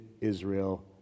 Israel